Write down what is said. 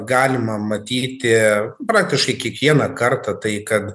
galima matyti praktiškai kiekvieną kartą tai kad